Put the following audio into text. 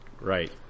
Right